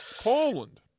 Poland